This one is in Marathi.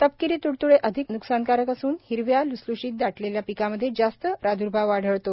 तपकिरी त्डत्डे अधिक न्कसानकारक असून हिरव्या ल्सल्शीत दाटलेल्या पिकामध्ये जास्त प्रादुर्भाव आढळतो